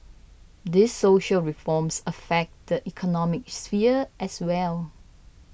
these social reforms affect the economic sphere as well